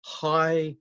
high